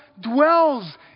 dwells